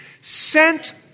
sent